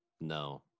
No